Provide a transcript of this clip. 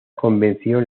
convención